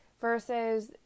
versus